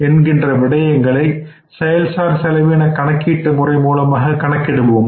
என்கின்ற விடயங்களை செயல் சார் செலவின கணக்கீட்டு முறை மூலமாக கணக்கிடுவோம்